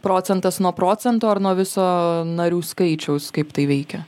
procentas nuo procento ar nuo viso narių skaičiaus kaip tai veikia